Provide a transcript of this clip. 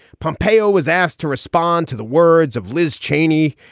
pompeo was asked to respond to the words of liz cheney.